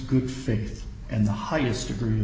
good faith and the highest degree of